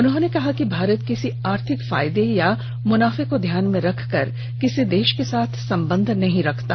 उन्होंने कहा कि भारत किसी आर्थिक फायदे या मुनाफे को ध्यान में रखकर किसी देश के साथ संबंध नहीं रखता